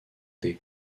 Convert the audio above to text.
des